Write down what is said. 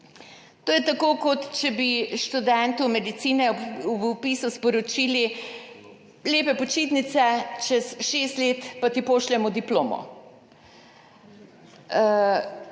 To je tako, kot če bi študentu medicine ob vpisu sporočili, lepe počitnice, čez 6 let pa ti pošljemo diplomo.